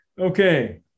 okay